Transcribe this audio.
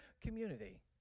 community